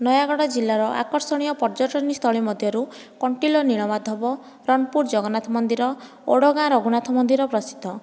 ନୟାଗଡ଼ ଜିଲ୍ଲାର ଆକର୍ଷଣୀୟ ପର୍ଯ୍ୟଟନୀ ସ୍ଥଳୀ ମଧ୍ୟରୁ କଣ୍ଟିଲୋ ନୀଳମାଧବ ରଣପୁର ଜଗନ୍ନାଥ ମନ୍ଦିର ଓଡ଼ଙ୍ଗା ରଘୁନାଥ ମନ୍ଦିର ପ୍ରସିଦ୍ଧ